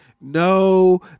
no